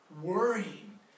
Worrying